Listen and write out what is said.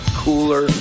cooler